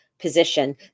position